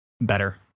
better